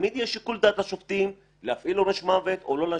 תמיד יש שיקול דעת לשופטים להפעיל עונש מוות או לא להפעיל.